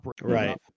Right